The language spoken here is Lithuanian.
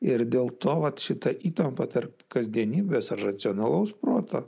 ir dėl to vat šita įtampa tarp kasdienybės ar racionalaus proto